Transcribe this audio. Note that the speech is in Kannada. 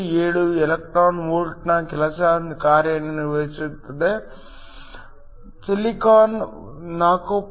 97 eV ನ ಕೆಲಸ ಕಾರ್ಯವನ್ನು ಹೊಂದಿದೆ ಸಿಲಿಕಾನ್ 4